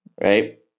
right